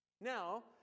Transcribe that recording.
Now